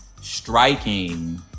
striking